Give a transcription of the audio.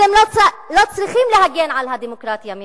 אתם לא צריכים להגן על הדמוקרטיה ממני,